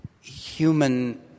human